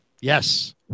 Yes